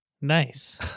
nice